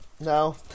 No